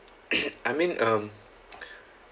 I mean um